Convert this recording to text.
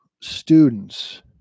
students